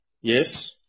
yes